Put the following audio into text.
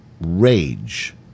rage